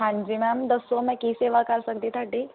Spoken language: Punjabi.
ਹਾਂਜੀ ਮੈਮ ਦੱਸੋ ਮੈਂ ਕੀ ਸੇਵਾ ਕਰ ਸਕਦੀ ਤੁਹਾਡੀ